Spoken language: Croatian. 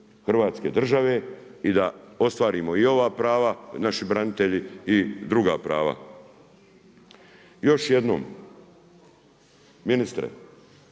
Hrvatske države i da ostvarimo i ova prava, naši branitelji i druga prava. Još jednom ministre,